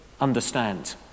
understand